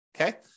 okay